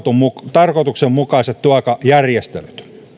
tarkoituksenmukaiset työaikajärjestelyt